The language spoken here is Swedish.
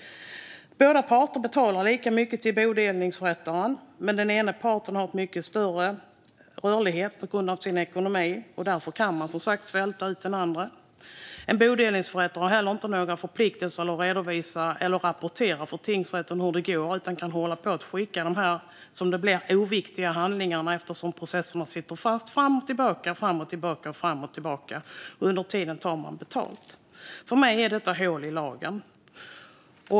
Båda parter betalar lika mycket till bodelningsförrättaren, men den ena parten har en mycket större rörlighet tack vare sin ekonomi och kan därför svälta ut den andra parten. En bodelningsförrättare har inte heller några förpliktelser att redovisa eller rapportera för tingsrätten hur det går utan kan, eftersom processerna sitter fast, hålla på och skicka de här, som det blir, "oviktiga" handlingarna fram och tillbaka, fram och tillbaka. Under tiden tar man betalt. För mig är detta ett hål i lagen.